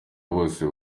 bose